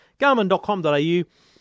garmin.com.au